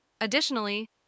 Additionally